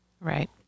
Right